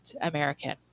American